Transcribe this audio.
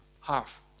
half